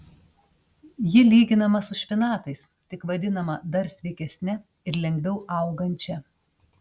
ji lyginama su špinatais tik vadinama dar sveikesne ir lengviau augančia